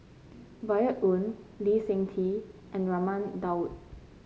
Violet Oon Lee Seng Tee and Raman Daud